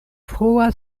frua